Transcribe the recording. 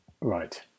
Right